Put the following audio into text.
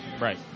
Right